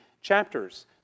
chapters